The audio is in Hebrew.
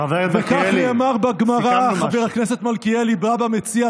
חבר הכנסת מלכיאלי, סיכמנו